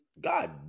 God